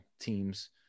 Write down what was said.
teams